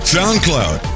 SoundCloud